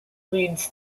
leads